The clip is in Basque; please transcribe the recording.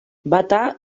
bata